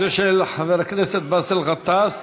זה של חבר הכנסת באסל גטאס.